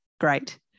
great